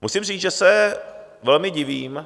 Musím říct, že se velmi divím.